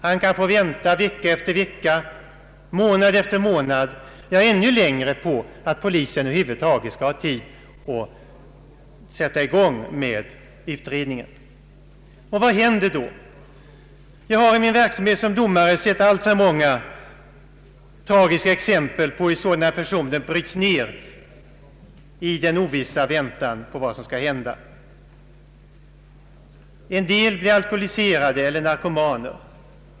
Han kan få vänta vecka efter vecka, månad efter månad, ja, ännu längre på att polisen över huvud taget skall ha tid att sätta i gång med utredningen. Vad händer då? Jag har i min verksamhet som domare sett alltför många tragiska exempel på hur sådana personer bryts ner under den ovissa väntan på vad som skall hända. En del blir alkoholiserade eller narkomaner.